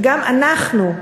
וגם אנחנו,